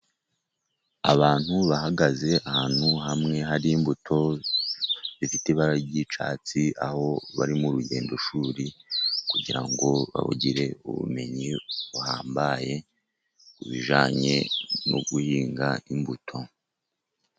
Abantu bahagaze ahantu hamwe hari imbuto zifite ibara ry'icyatsi, aho bari mu rugendo shuri kugira ngo bagire ubumenyi buhambaye, ku bijyanye no guhinga imbuto.